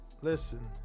listen